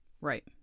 Right